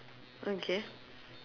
okay